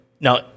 Now